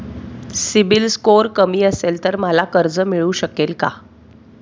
CIBIL score कमी असेल तर मला कर्ज मिळू शकेल का?